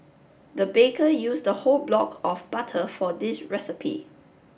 the baker used a whole block of butter for this recipe